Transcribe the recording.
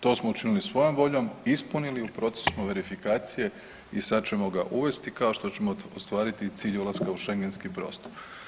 To smo učinili svojom voljom, ispunili, u procesu smo verifikacije i sad ćemo ga uvesti kao što ćemo ostvariti cilj ulaska u Schengenski prostor.